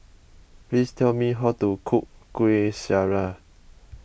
please tell me how to cook Kuih Syara